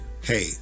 hey